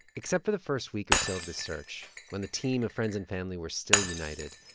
except for the first week or so of the search, when the team of friends and family were still united,